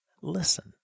listen